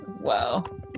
Wow